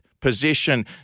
position